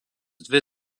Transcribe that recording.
dvi